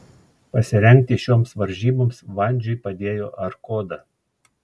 pasirengti šioms varžyboms vandžiui padėjo arkoda